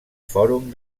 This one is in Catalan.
fòrum